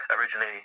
originally